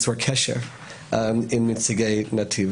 קשר עם נציגי נתיב,